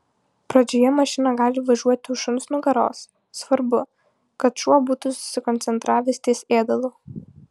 pradžioje mašina gali važiuoti už šuns nugaros svarbu kad šuo būtų susikoncentravęs ties ėdalu